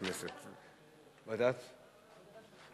הקמת תשתית חיבור לרשת אינטרנט אלחוטית במקלטים שביישובי קו העימות),